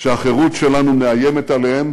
שהחירות שלנו מאיימת עליהם